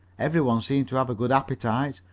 every one seemed to have a good appetite,